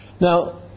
Now